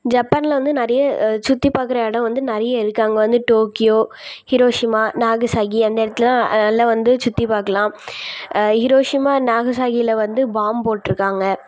ஜப்பானில் வந்து நிறைய சுற்றி பார்க்குற இடம் வந்து நிறைய இருக்குது அங்கே வந்து டோக்யோ ஹிரோஷிமா நாகசாகி அந்த இடத்துலலாம் நல்ல வந்து சுற்றி பார்க்கலாம் ஹிரோஷிமா நாகசாகியில் வந்து பாம் போட்டிருக்காங்க